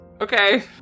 Okay